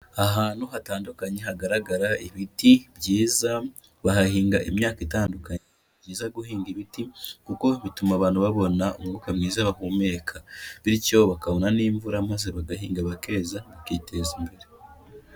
Ahantu hatandukanye hagaragara ibiti byiza, bahahinga imyaka itandukanye. Ni byiza guhinga ibiti, kuko bituma abantu babona umwuka mwiza bahumeka, bityo bakabona n'imvura maze bagahinga bakeza bakiteza imbere.